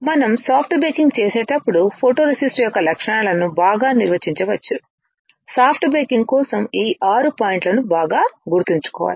మనం soft baking చేసేటప్పుడు photoresist యొక్క లక్షణాలను బాగా నిర్వచించవచ్చు సాఫ్ట్ బేకింగ్ కోసం ఈ ఆరు పాయింట్లను బాగా గుర్తుంచుకోవాలి